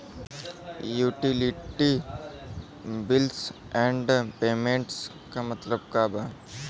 Utility bills and payments क मतलब का बा?